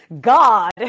God